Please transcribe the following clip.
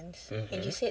mmhmm